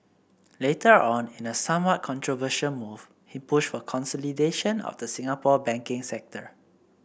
later on in a somewhat controversial move he pushed for consolidation of the Singapore banking sector